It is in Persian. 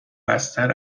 بستر